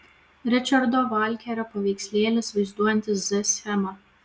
ričardo valkerio paveikslėlis vaizduojantis z schemą